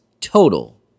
total